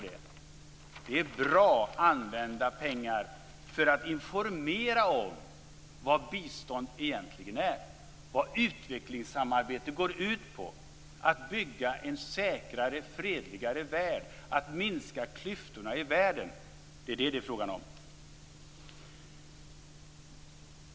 Det är bra använda pengar för att informera om vad bistånd egentligen är, vad utvecklingssamarbete går ut på, nämligen att bygga en säkrare, fredligare värld, att minska klyftorna i världen. Det är vad det är fråga om.